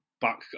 back